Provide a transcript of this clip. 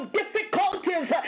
difficulties